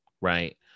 right